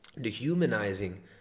dehumanizing